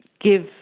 give